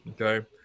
Okay